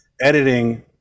editing